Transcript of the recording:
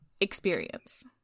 experience